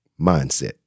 mindset